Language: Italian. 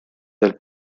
del